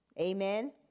Amen